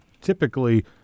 typically